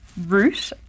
root